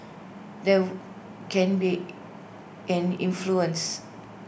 there can be an influence